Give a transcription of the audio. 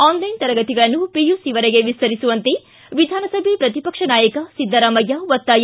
online ತರಗತಿಗಳನ್ನು ಪಿಯುಸಿವರೆಗೆ ವಿಸ್ತರಿಸುವಂತೆ ವಿಧಾನಸಭೆ ಪ್ರತಿಪಕ್ಷ ನಾಯಕ ಸಿದ್ದರಾಮಯ್ಯ ಒತ್ತಾಯ